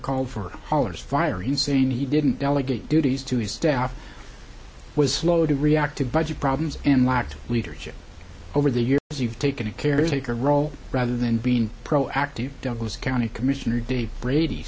called for hollers fire in saying he didn't delegate duties to his staff was slow to react to budget problems and lacked leadership over the years you've taken a caretaker role rather than being proactive douglas county commissioner dave brady